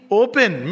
open